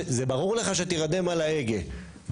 ברור לך שתירדם על ההגה.